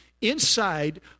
Inside